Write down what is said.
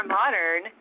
modern